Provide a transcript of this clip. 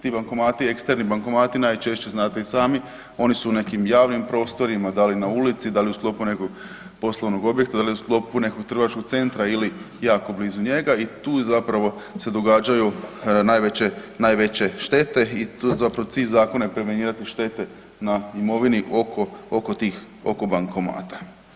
Ti bankomati, eksterni bankomati najčešće znate i sami oni su nekim javnim prostorima da li na ulici, da li u sklopu nekog poslovnog objekta, da li u sklopu nekog trgovačkog centra ili jako blizu njega i tu zapravo se događaju najveće, najveće štete i tu, zapravo cilj zakona je prevenirati štete na imovini oko tih, oko bankomata.